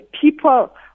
people